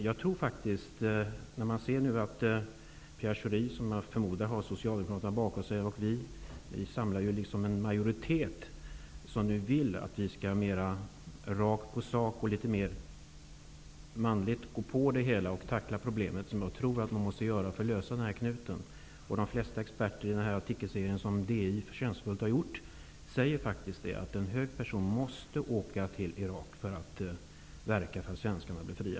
Jag förmodar att Pierre Schori har Socialdemokraterna bakom sig, och vi skulle då vara en majoritet som vill att man mera rakt på sak och litet mer manligt skall tackla problemet på det sätt som jag tror att man måste göra för att lösa upp den här knuten. De flesta experter i DI:s förtjänstfulla artikelserie säger faktiskt att en hög person måste åka till Irak för att verka för att svenskarna blir fria.